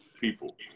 people